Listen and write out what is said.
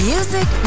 Music